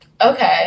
Okay